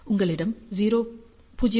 உங்களிடம் 0